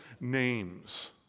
names